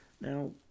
Now